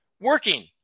working